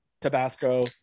Tabasco